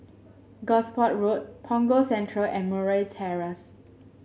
Gosport Road Punggol Central and Murray Terrace